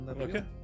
Okay